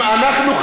אם אנחנו,